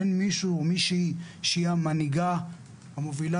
אין מישהו או מישהי שהיא המנהיגה המובילה